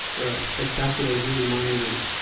or a spectacular human monument,